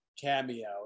Cameo